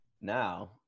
Now